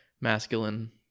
masculine